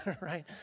right